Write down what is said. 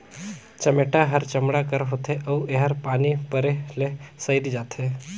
चमेटा हर चमड़ा कर होथे अउ एहर पानी परे ले सइर जाथे